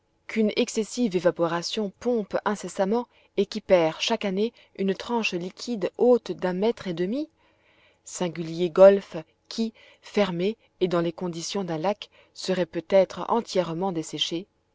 qu'une excessive évaporation pompe incessamment et qui perd chaque année une tranche liquide haute d'un mètre et demi singulier golfe qui fermé et dans les conditions d'un lac serait peut-être entièrement desséché